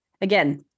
again